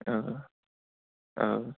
ओ ओ औ